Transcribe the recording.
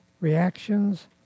reactions